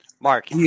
Mark